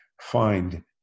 find